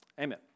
Amen